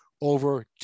over